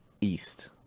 east